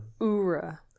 Ura